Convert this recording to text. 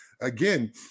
again